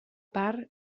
part